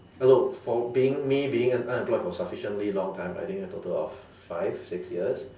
hello for being me being unemployed for sufficiently long time I think a total of five six years